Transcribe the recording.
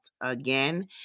again